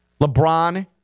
LeBron